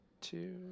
two